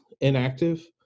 inactive